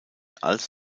als